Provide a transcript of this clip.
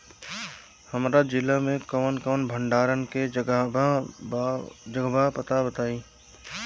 हमरा जिला मे कवन कवन भंडारन के जगहबा पता बताईं?